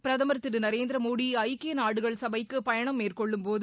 பிரதமர் திரு நரேந்திரமோடி ஐக்கிய நாடுகள் சபைக்கு பயணம் மேற்கொள்ளும்போது